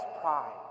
pride